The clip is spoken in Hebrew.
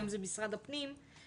היום זה משרד הפנים,